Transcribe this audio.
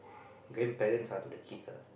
grandparents are to the kids ah